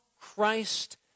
Christ